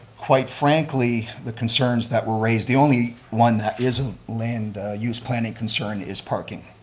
quite frankly, the concerns that were raised, the only one that isn't land use planning concern is parking.